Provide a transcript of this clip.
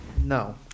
No